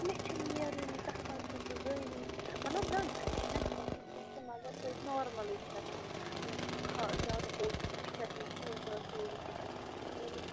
مےٚ چھُنہٕ نیرٲنی تاہبال چھَس بہٕ زٲوِج مطلب نَہ زٲوِج نَہ چھَس نہٕ کیٚنٛہہ تہٕ مگر تویتہِ نارملٕے چھَس خا زیادٕ موٚٹ تہِ چھَس نہٕ کیٚنٛہہ زیادٕ زٲوِج تہِ چھَس نہٕ کِہیٖنۍ یِم مےٚ کھۄتہٕ